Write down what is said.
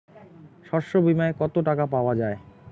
শস্য বিমায় কত টাকা পাওয়া যায়?